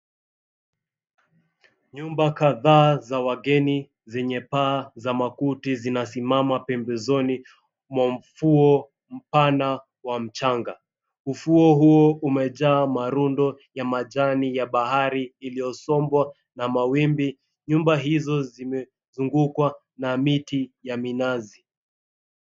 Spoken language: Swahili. Nyumba kadhaa za wageni zenye paa za makuti zinasimama pembezoni mwa ufuo mpana wa mchanga. Ufuo huo umejaa marundo ya majani ya bahari iliyosombwa na mawimbi. Nyumba hizo zimezungukwa na miti ya minazi.